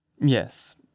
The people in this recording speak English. Yes